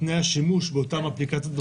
תנאי השימוש באותן אפליקציות,